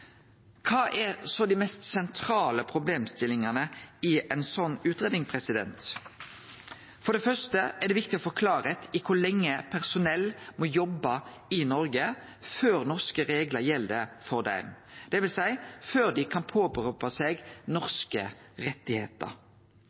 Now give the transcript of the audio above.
Kva er så dei mest sentrale problemstillingane i ei sånn utgreiing? For det første er det viktig å få klarleik i kor lenge personell må jobbe i Noreg før norske reglar gjeld for dei, dvs. før dei kan setje fram krav om norske